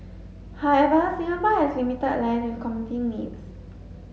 however Singapore has limited land with competing needs